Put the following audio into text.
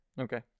okay